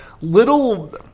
little